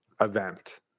event